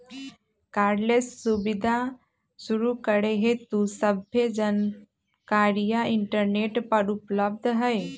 cardless सुबीधा शुरू करे हेतु सभ्भे जानकारीया इंटरनेट पर उपलब्ध हई